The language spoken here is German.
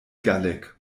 gallig